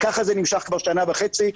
ככה זה נמשך כבר שנה וחצי,